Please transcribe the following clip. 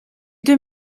deux